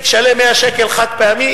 ישלם 100 שקל חד-פעמי,